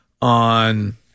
On